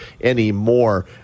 anymore